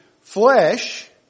flesh